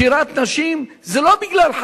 שירת נשים זה לא בגלל,